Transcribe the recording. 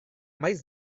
maiz